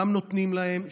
גם נותנים להם,